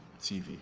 TV